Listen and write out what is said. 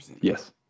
Yes